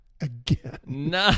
again